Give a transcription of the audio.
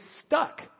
stuck